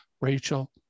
Rachel